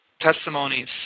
testimonies